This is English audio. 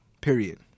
Period